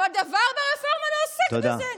אבל דבר ברפורמה לא עוסק בזה.